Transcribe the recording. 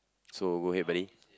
so go ahead buddy